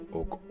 ook